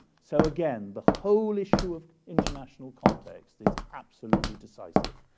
so, again, the whole issue of international context is absolutely decisive.